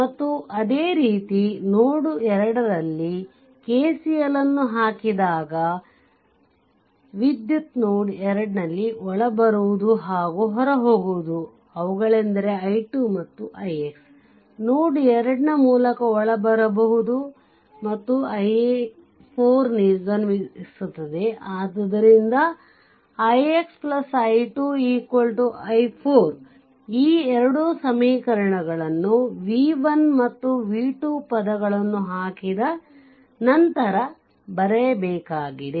ಮತ್ತು ಅದೇ ರೀತಿ ನೋಡ್ 2 ನಲ್ಲಿ KCL ಅನ್ನು ಹಾಕಿದಾಗ ಏಕೆಂದರೆ ವಿದ್ಯುತ್ತು ನೋಡ್ 2 ನಲ್ಲಿ ಒಳಬರುವುದು ಹಾಗೂ ಹೊರಹೋಗುವುದು ಅವುಗಳೆಂದರೆ i2 ಮತ್ತು ix ನೋಡ್ 2 ನ ಮೂಲಕ ಒಳಬರುವದು ಮತ್ತು i4 ನಿರ್ಗಮಿಸುತ್ತದೆ ಆದ್ದರಿಂದ ix i2 i4 ಈ ಎರಡು ಸಮೀಕರಣಗಳನ್ನು v1 ಮತ್ತು v2 ಪದಗಳನ್ನು ಹಾಕಿದ ನಂತರ ಬರೆಯಬೇಕಾದಗಿದೆ